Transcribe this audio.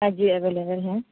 ہاں جی اویلیبل ہیں